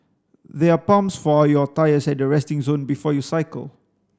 there are pumps for your tyres at the resting zone before you cycle